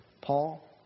Paul